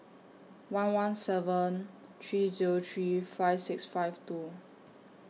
one one seven three Zero three five six five two